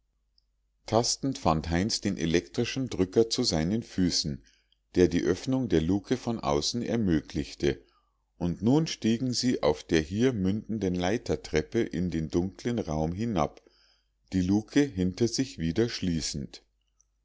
tastend fand heinz den elektrischen drücker zu seinen füßen der die öffnung der luke von außen ermöglichte und nun stiegen sie auf der hier mündenden leitertreppe in den dunkeln raum hinab die lucke hinter sich wieder schließend